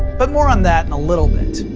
but more on that in a little bit.